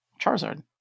Charizard